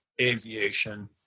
aviation